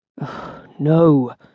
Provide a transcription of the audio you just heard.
No